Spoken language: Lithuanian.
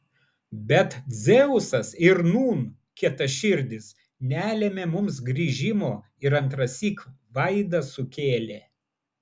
bet dzeusas ir nūn kietaširdis nelėmė mums grįžimo ir antrąsyk vaidą sukėlė